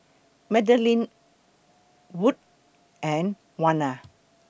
Madelyn Wood and Warner